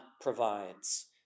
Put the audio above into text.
provides